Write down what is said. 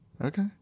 okay